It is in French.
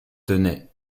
tenay